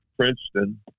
Princeton